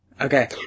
Okay